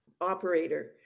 operator